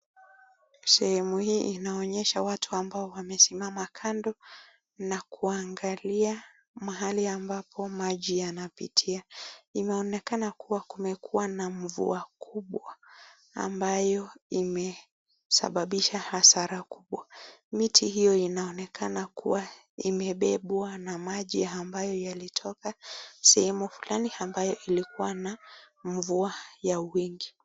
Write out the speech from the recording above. Sehemu hii inaonyesha watu ambao wamesimama kando na kuangalia mahali ambapo maji yanapitia inaonekana kuwa kumekuwa na mvua kubwa ambayo imesababisha hasara kubwa. Miti hiyo inaonekana kuwa imebebwa na maji ambayo yalitoka sehemu fulani ambayo ilikuwa na mvua ya wingi.